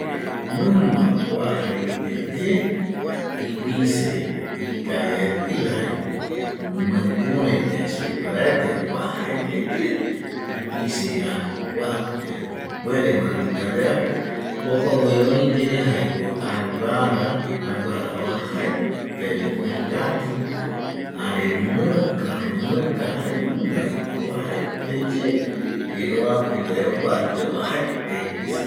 Mimba uajaete ye ipize ikaviaeteiva jaeko mikure yae supe parete uajete ye ipize aji kua ipuere maratu yandeapo jokogui oi ye jaeko aguara uajaete vi ko ikati jare mika jaenungavi uajaete ye apo okuaruye uajete ipize